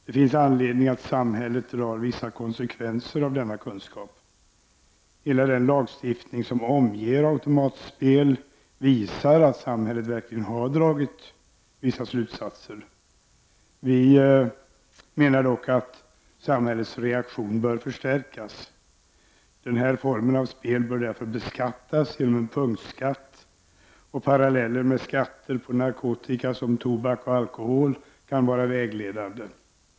Det är motiverat att samhället drar vissa konsekvenser av denna kunskap. Hela den lagstiftning som omger automatspel visar att samhället verkligen har dragit vissa slutsatser. Vi menar dock att samhällets reaktion bör förstärkas. Den här formen av spel bör därför beskattas genom en punktskatt. Parallellen med skatter på narkotika, såsom tobak och alkohol, kan vara vägledande.